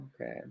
okay